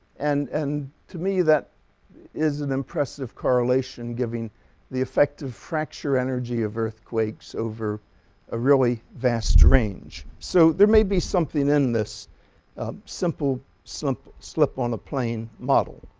and and to me that is an impressive correlation giving the effective fracture energy of earthquakes over a really vast range. so there may be something in this simple simple slip on a plane model.